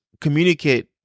communicate